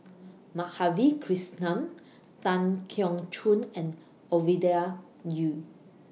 Madhavi Krishnan Tan Keong Choon and Ovidia Yu